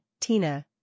Tina